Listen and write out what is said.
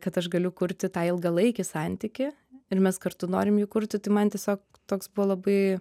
kad aš galiu kurti tą ilgalaikį santykį ir mes kartu norim jį kurti man tiesiog toks buvo labai